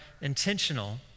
intentional